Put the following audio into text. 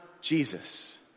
Jesus